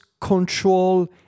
control